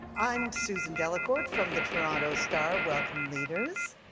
i'm susan delacourt from the toronto star. welcome, leaders.